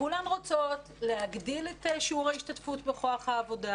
כולן רוצות להגדיל את שיעור ההשתתפות בכוח העבודה,